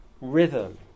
rhythm